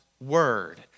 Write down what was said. word